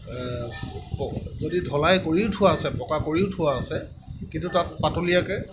প যদি ঢালাই কৰিও থোৱা আছে পকা কৰিও থোৱা আছে কিন্তু তাত পাতলীয়াকৈ